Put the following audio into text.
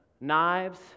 Knives